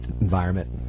environment